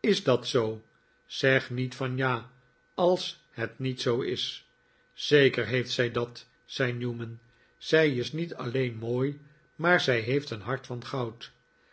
is dat zoo zeg niet van ja als het niet zoo is zeker heeft zij dat zei newman zij is niet alleen mooi maar zij heeft een hartje van goud